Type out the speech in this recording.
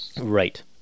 right